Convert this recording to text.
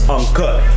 Uncut